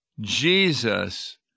Jesus